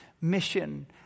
mission